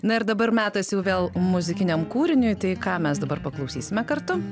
na ir dabar metas jau vėl muzikiniam kūriniui tai ką mes dabar paklausysime kartu